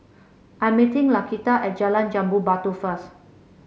I'm meeting Laquita at Jalan Jambu Batu first